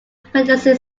pregnancy